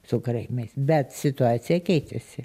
su karaimais bet situacija keičiasi